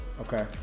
Okay